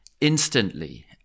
instantly